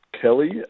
Kelly